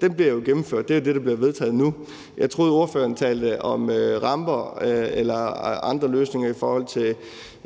Den bliver jo gennemført. Det er det, der bliver vedtaget nu. Jeg troede, ordføreren talte om ramper eller andre løsninger, i forhold til